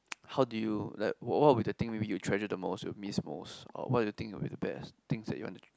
how do you like what what will be the thing maybe treasure the most or miss most or what do you thing will be the best things that you want to